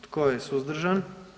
Tko je suzdržan?